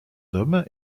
dôme